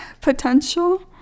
potential